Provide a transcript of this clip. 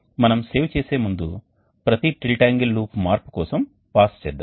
మనం సేవ్ చేసే ముందు ప్రతి టిల్ట్ యాంగిల్ లూప్ మార్పు కోసం పాజ్ చేద్దాం